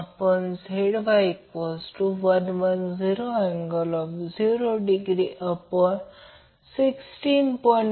तर IaVanZY110∠0°16